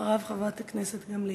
אחריו, חברת הכנסת גמליאל.